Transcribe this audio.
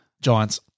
Giants